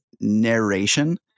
narration